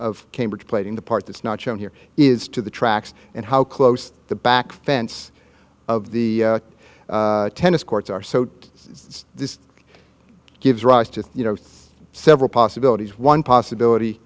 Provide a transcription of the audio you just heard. of cambridge plaiting the part that's not shown here is to the tracks and how close to the back fence of the tennis courts are so it's this gives rise to you know several possibilities one possibility